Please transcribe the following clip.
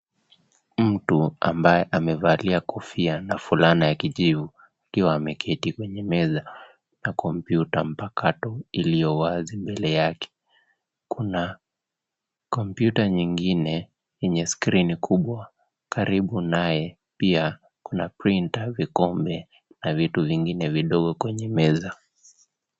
Mtu ambaye amevalia kofia na fulana ya kijivu akiwa ameketi kwenye meza na kompyuta mpakato iliyowazi mbele yake. Kuna kompyuta nyingine yenye skrini kubwa karibu naye. Pia kuna printer , vikombe na vitu vingine vidogo kwenye meza.